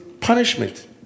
punishment